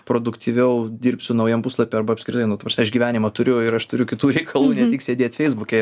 produktyviau dirbsiu naujam puslapy arba apskritai nu ta prasme aš gyvenimą turiu ir aš turiu kitų reikalų ne tik sėdėt feisbuke